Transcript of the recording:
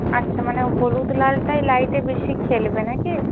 আচ্ছা মানে হলুদ লালটাই লাইটে বেশি খেলবে না কি